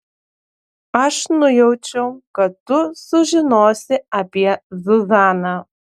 aš nujaučiau kad tu sužinosi apie zuzaną